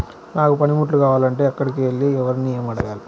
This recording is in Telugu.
నాకు పనిముట్లు కావాలి అంటే ఎక్కడికి వెళ్లి ఎవరిని ఏమి అడగాలి?